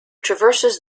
traverses